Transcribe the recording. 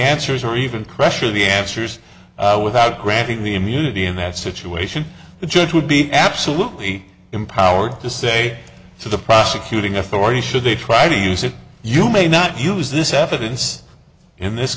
answers or even question the answers without granting the immunity in that situation the judge would be absolutely empowered to say to the prosecuting authority should they try to use it you may not use this evidence in this